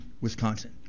Wisconsin